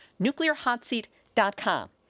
NuclearHotSeat.com